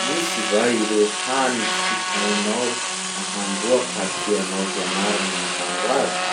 Misy va ireo hany tsy hainao ahandroa ka tianao hianara gny mahandro azy?